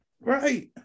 Right